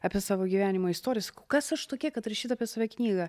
apie savo gyvenimo istoriją sakau kas aš tokia kad rašyt apie save knygą